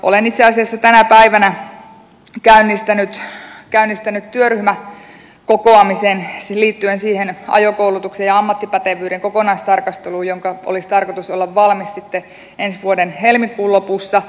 olen itse asiassa tänä päivänä käynnistänyt työryhmän kokoamisen liittyen siihen ajokoulutuksen ja ammattipätevyyden kokonaistarkasteluun jonka olisi tarkoitus olla valmis sitten ensi vuoden helmikuun lopussa